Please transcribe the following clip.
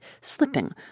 slipping